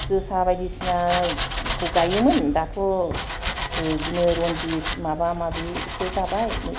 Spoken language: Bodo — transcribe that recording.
जोसा बायदिसिनाखौ गायोमोन दाथ' बिदिनो रनजित माबा माबिसो जाबाय